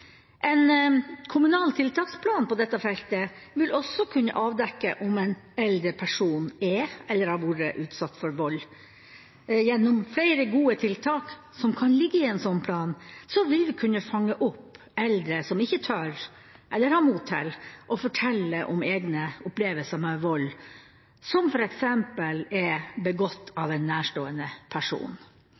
En kommunal tiltaksplan på dette feltet vil også kunne avdekke om en eldre person er eller har vært utsatt for vold. Gjennom flere gode tiltak som kan ligge i en slik plan, vil vi kunne fange opp eldre som ikke tør, eller har mot til, å fortelle om egne opplevelser med vold som f.eks. er begått av en nærstående person.